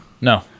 no